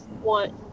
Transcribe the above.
want